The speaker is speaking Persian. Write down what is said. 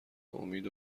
امید